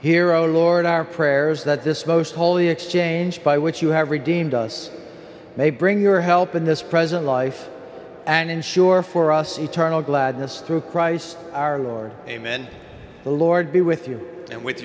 hero lord our prayers that this most holy exchange by which you have redeemed us may bring your help in this present life and ensure for us eternal gladness through christ our lord amen the lord be with you and with